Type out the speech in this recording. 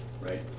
right